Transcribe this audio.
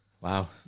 Wow